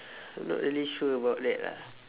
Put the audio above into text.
I'm not really sure about that lah